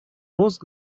рост